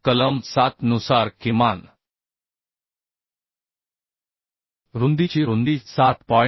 तर कलम 7 नुसार किमान रुंदीची रुंदी 7